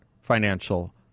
financial